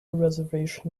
reservation